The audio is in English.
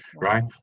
right